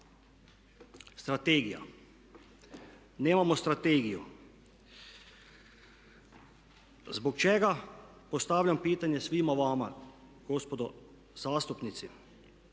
Strategija, nemamo strategiju. Zbog čega, postavljam pitanje svima vama gospodo zastupnici.